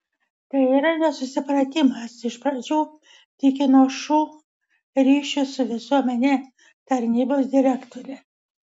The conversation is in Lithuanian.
tai yra nesusipratimas iš pradžių tikino šu ryšių su visuomene tarnybos direktorė